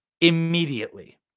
immediately